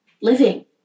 living